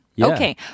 Okay